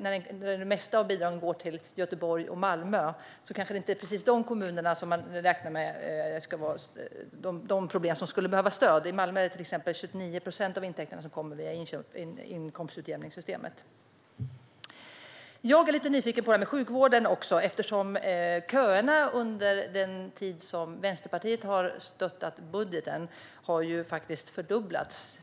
Men det mesta av bidragen går till Göteborg och Malmö, men det är kanske inte de kommunerna som har sådana problem som innebär att de skulle behöva stöd. I Malmö är det till exempel 29 procent av intäkterna som kommer via inkomstutjämningssystemet. Jag är lite nyfiken på frågan om sjukvården. Köerna till sjukvården har under den tid som Vänsterpartiet har stöttat budgeten fördubblats